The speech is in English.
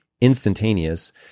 instantaneous